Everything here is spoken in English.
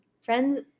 Friends